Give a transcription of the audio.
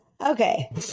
okay